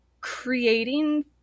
creating